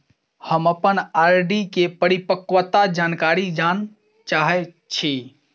हम अप्पन आर.डी केँ परिपक्वता जानकारी जानऽ चाहै छी